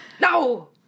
no